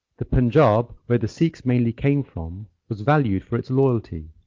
the punjab where the sikhs mainly came from was valued for its loyalty.